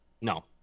No